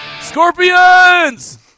Scorpions